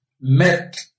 met